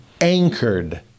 anchored